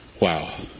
wow